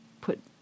put